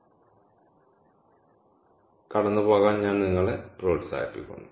അതിനാൽ കടന്നുപോകാൻ ഞാൻ നിങ്ങളെ പ്രോത്സാഹിപ്പിക്കും